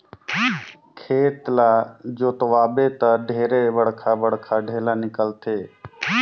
खेत ल जोतवाबे त ढेरे बड़खा बड़खा ढ़ेला निकलथे